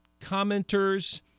commenters